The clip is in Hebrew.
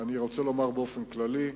אני רוצה לומר באופן כללי,